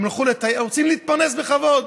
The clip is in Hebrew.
הם רוצים להתפרנס בכבוד.